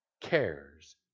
cares